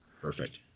Perfect